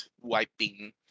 wiping